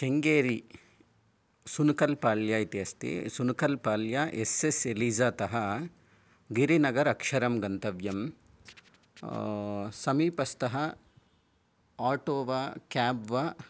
केङ्गेरी सुनकल् पाल्या इति अस्ति Sunkal Palya S S एलीसातः गिरिनगर् अक्षरं गन्तव्यं समीपस्थः आटो वा क्याब् वा